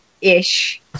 ish